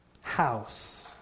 house